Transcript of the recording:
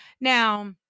Now